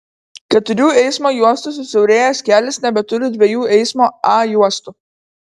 keturių eismo juostų susiaurėjęs kelias nebeturi dviejų eismo a juostų